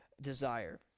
desire